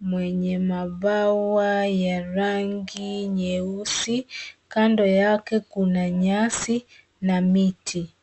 mwenye mabawa ya rangi nyeusi. Kando yake kuna nyasi na miti.